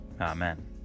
Amen